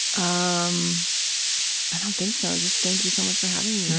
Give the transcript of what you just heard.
um i don't think so, just thank you so much for having me.